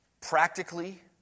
practically